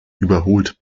überholt